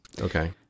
Okay